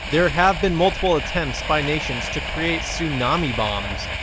there have been multiple attempts by nations to create tsunami bombs,